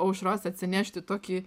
aušros atsinešti tokį